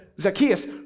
Zacchaeus